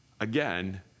Again